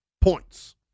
points